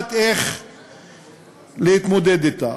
יודעת איך להתמודד אתה,